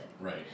Right